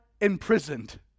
imprisoned